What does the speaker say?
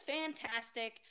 fantastic